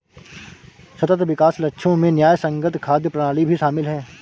सतत विकास लक्ष्यों में न्यायसंगत खाद्य प्रणाली भी शामिल है